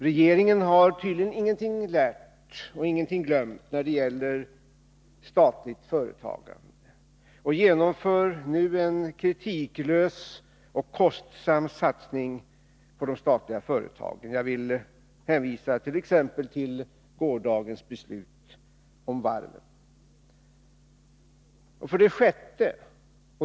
Regeringen har tydligen ingenting lärt och ingenting glömt när det gäller statligt företagande och genomför nu en kritiklös och kostsam satsning på de statliga företagen. Jag vill hänvisa t.ex. till gårdagens beslut om varven. 6.